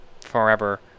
forever